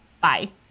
Bye